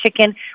chicken